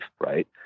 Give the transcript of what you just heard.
right